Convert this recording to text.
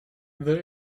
the